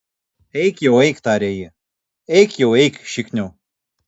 eik jau eik tarė ji eik jau eik šikniau